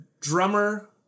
drummer